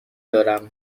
دارم